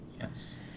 yes